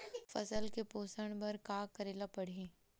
फसल के पोषण बर का करेला पढ़ही?